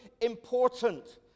important